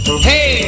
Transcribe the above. Hey